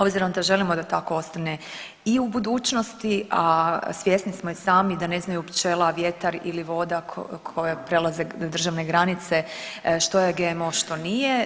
Obzirom da želimo da tako ostane i u budućnosti, a svjesni smo i sami da ne znaju pčela, vjetar ili voda koje prelaze državne granice što je GMO, što nije.